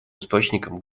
источником